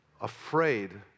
afraid